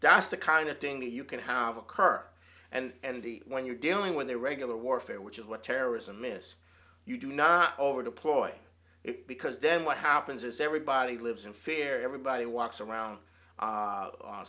that's the kind of thing that you can have occur and andy when you're dealing with irregular warfare which is what terrorism is you do not over deploy it because then what happens is everybody lives in fear everybody walks around